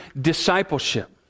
discipleship